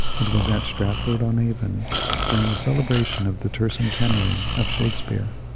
it was at stratford-on-avon, during the cele bration of the tercentenary of shakespeare.